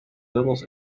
doubles